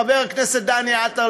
חבר הכנסת לשעבר דני עטר,